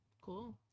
cool